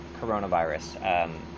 coronavirus